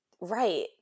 Right